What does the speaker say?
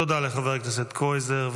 תודה לחבר הכנסת קרויזר.